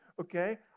Okay